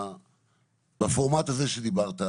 בפורמט הזה שדיברת עליו,